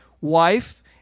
wife